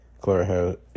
Clara